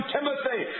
Timothy